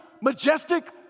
majestic